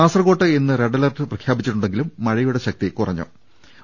കാസർക്കോട്ട് ഇന്ന് red alert പ്രഖ്യാപിച്ചിട്ടുണ്ടെ ങ്കിലും മഴയുടെ ശക്തി കുറഞ്ഞിട്ടുണ്ട്